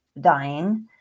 dying